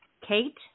Kate